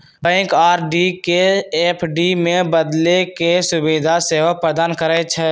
bank RD के FD में बदले के सुभीधा सेहो प्रदान करइ छइ